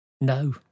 no